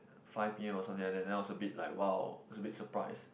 five P_M or something like that and then I was a bit like !wow! was a bit surprised